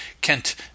Kent